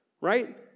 right